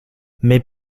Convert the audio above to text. mais